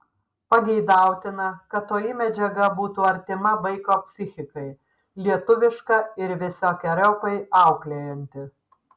pageidautina kad toji medžiaga būtų artima vaiko psichikai lietuviška ir visokeriopai auklėjanti